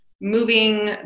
moving